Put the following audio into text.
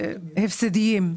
והפסדיים.